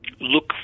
look